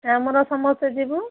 ଆମର ସମସ୍ତେ ଯିବୁ